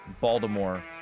Baltimore